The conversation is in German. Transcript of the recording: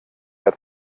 der